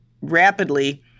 rapidly